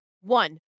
One